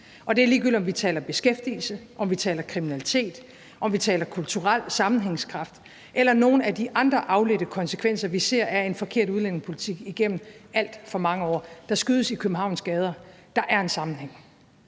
og det er, ligegyldigt om vi taler beskæftigelse, om vi taler kriminalitet, om vi taler kulturel sammenhængskraft eller om nogle af de andre afledte konsekvenser, vi ser, af en forkert udlændingepolitik igennem alt for mange år. Der skydes i Københavns gader, og der er en sammenhæng